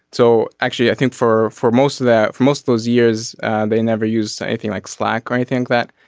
so actually i think for for most of that for most those years they never use anything like slack or anything like that.